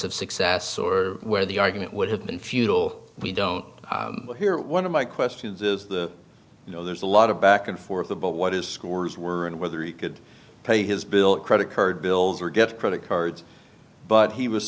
of success or where the argument would have been futile we don't hear one of my questions is the you know there's a lot of back and forth about what is scores were and whether you could pay his bill credit card bills or get credit cards but he was